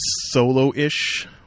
solo-ish